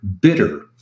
bitter